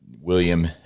William